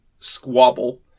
squabble